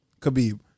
Khabib